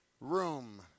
room